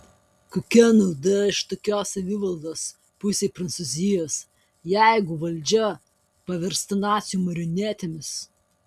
kokia nauda iš tokios savivaldos pusei prancūzijos jeigu valdžia paversta nacių marionetėmis